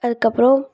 அதுக்கு அப்புறம்